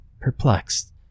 perplexed